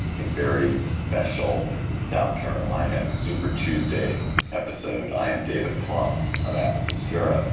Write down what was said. a very special south carolina super tuesday episode, i am david plotz of atlas obscura.